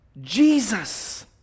Jesus